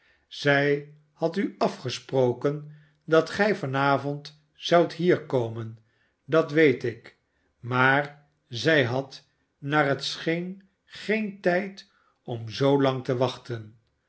zij had u afgesproken dat gij van avond zoudt hier komen dat weet ik maar zij had naar het scheen geen tijd om zoolang te wachten